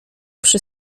przy